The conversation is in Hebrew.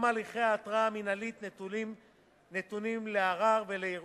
גם הליכי ההתראה המינהלית נתונים לערר ולערעור.